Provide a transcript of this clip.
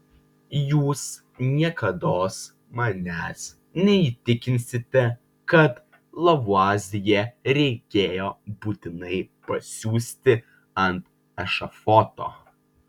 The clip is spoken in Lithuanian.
jūs niekados manęs neįtikinsite kad lavuazjė reikėjo būtinai pa siųsti ant ešafoto